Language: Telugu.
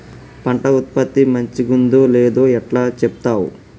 పంట ఉత్పత్తి మంచిగుందో లేదో ఎట్లా చెప్తవ్?